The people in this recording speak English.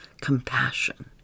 compassion